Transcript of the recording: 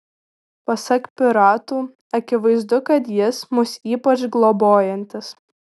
pasak piratų akivaizdu kad jis mus ypač globojantis